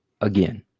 again